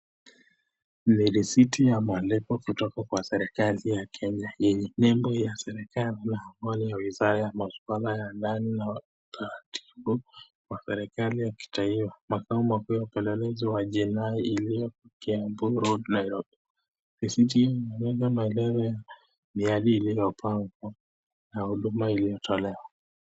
Ni risiti ama nembo kutoka serikalii ya kenya yenye nembo ya wizara mbalimbali masuala ya ndani na makao mamii ya upelelezi ya jinai iliyo kiambuu road risiti imebeba maneno ya miadhili iliopangwa na Huduma iliotolewa.